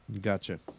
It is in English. Gotcha